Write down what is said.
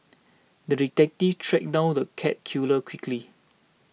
the detective tracked down the cat killer quickly